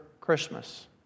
Christmas